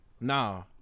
Nah